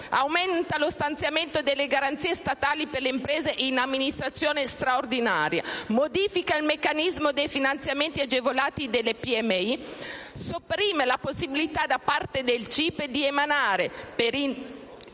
aumenta lo stanziamento delle garanzie statali per le imprese in amministrazione straordinaria; modifica il meccanismo dei finanziamenti agevolati alle piccole e medie imprese; sopprime la possibilità da parte del CIPE di emanare delibere